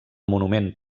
monument